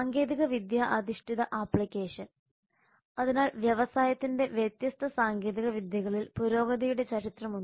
സാങ്കേതികവിദ്യ അധിഷ്ഠിത ആപ്ലിക്കേഷൻ അതിനാൽ വ്യവസായത്തിന്റെ വ്യത്യസ്ത സാങ്കേതികവിദ്യകളിൽ പുരോഗതിയുടെ ചരിത്രമുണ്ട്